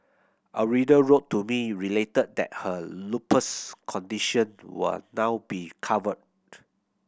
a reader wrote to me related that her lupus condition will now be covered